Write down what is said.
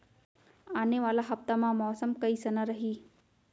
आने वाला हफ्ता मा मौसम कइसना रही?